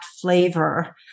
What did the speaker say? flavor